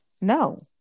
no